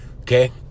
Okay